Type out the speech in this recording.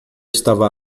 estava